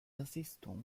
assistons